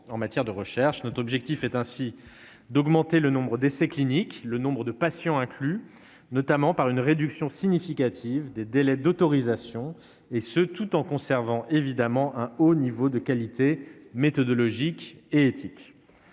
en matière de recherche. Notre objectif est d'augmenter le nombre d'essais cliniques et le nombre de patients inclus, notamment par une réduction significative des délais d'autorisation, tout en conservant évidemment un haut niveau de qualité méthodologique et éthique.